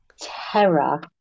terror